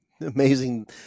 Amazing